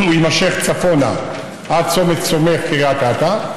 הוא יימשך צפונה עד צומת סומך-קריית אתא.